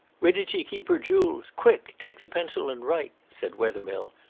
where did she keep her jewels! quick! take the pencil and write, said wethermill,